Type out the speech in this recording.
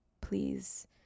please